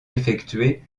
effectuée